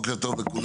בוקר טוב לכולם,